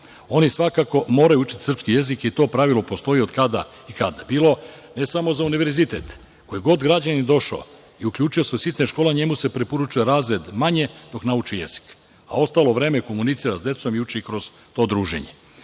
Oni svakako moraju učiti srpski jezik i to pravilo postoji od kada i kada, ne samo za univerzitet, koji god građanin došao i uključio se u sistem školovanja, njemu se preporučuje razred manje dok nauči jezik, a ostalo vreme komunicira sa decom i uči kroz to druženje. Svakako,